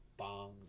Bongs